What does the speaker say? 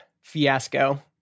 fiasco